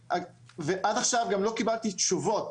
עד עכשיו גם לא קיבלתי תשובות.